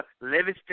Livingston